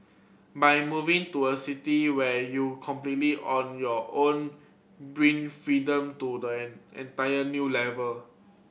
by moving to a city where you completely on your own bring freedom to the an entire new level